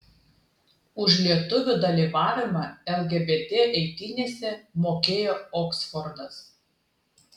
už lietuvių dalyvavimą lgbt eitynėse mokėjo oksfordas